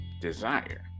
desire